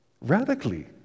radically